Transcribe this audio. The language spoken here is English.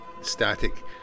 static